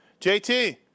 JT